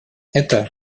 это